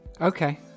Okay